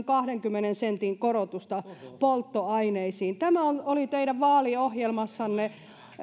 kahdenkymmenen sentin korotusta polttoaineisiin tämä oli teidän vaaliohjelmassanne